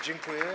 Dziękuję.